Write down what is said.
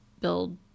build